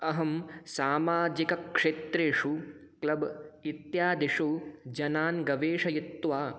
अहं सामाजिकक्षेत्रेषु क्लब् इत्यादिषु जनान् गवेशयित्वा